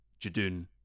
Jadun